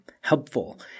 helpful